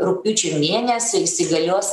rugpjūčio mėnesį įsigalios